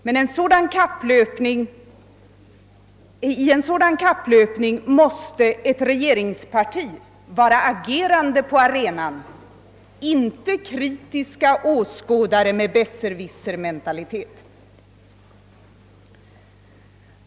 Men i en sådan kapplöpning måste medlemmarna av ett regeringsparti agera på arenan, inte vara kritiska åskådare med besserwissermentalitet.